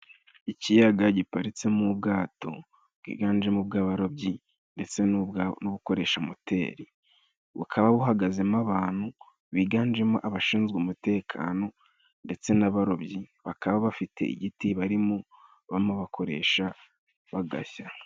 Ikiyaga giparitse mo ubwato bwiganje mo abarobyi ndetse n'ubukoresha moteri. Bukaba buhagaze mo abantu biganje mo abashinzwe umutekano ndetse n'abarobyi, bakaba bafite igiti barimo bama bakoresha bagashya.